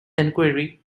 inquiry